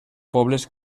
pobles